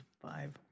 five